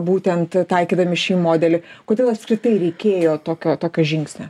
būtent taikydami šį modelį kodėl apskritai reikėjo tokio tokio žingsnio